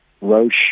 Roche